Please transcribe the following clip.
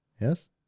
Yes